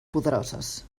poderoses